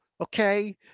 Okay